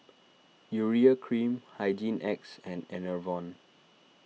Urea Cream Hygin X and Enervon